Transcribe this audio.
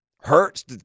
hurts